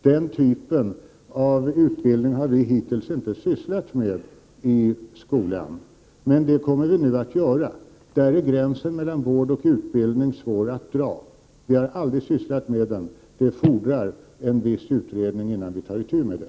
Den typen av utbildning har vi hittills inte sysslat med i skolan, men det kommer vi nu att göra. Där är gränsen mellan vård och utbildning svår att dra. Vi har aldrig sysslat med sådan utbildning; det fodrar en viss utredning innan vi tar itu med det.